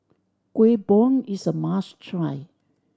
Kuih Bom is a must try